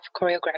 choreography